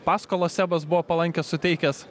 paskolą sebas buvo palankią suteikęs